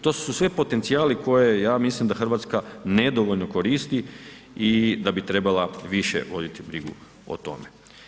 To su sve potencijali koje ja mislim da Hrvatska nedovoljno koristi i da bi trebala više voditi brigu o tome.